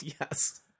Yes